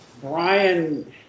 Brian